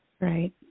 right